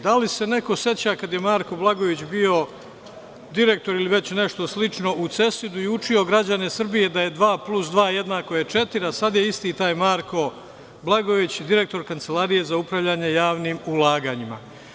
Da li se neko seća kada je Marko Blagojević bio direktor ili već nešto slično u CESID-u i učio građane Srbije da je dva plus dva jednako četiri, a sada je isti taj Marko Blagojević, direktor Kancelarije za upravljanje javnim ulaganjima.